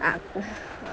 আ